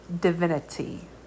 divinity